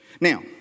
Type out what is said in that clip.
Now